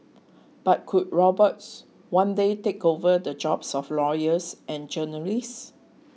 but could robots one day take over the jobs of lawyers and journalists